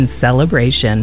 celebration